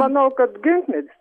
manau kad ginkmedis